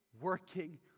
working